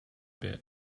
bit